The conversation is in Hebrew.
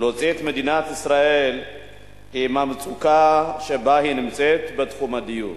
את מדינת ישראל מהמצוקה שבה היא נמצאת בתחום הדיור.